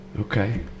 Okay